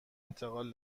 انتقال